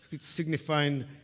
signifying